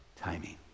timing